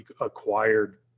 acquired